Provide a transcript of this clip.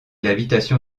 l’habitation